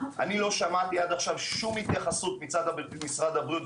אני לא שמעתי עד עכשיו שום התייחסות מצד משרד הבריאות.